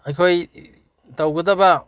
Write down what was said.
ꯑꯩꯈꯣꯏ ꯇꯧꯒꯗꯕ